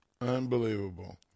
unbelievable